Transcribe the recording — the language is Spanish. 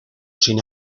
sin